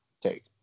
take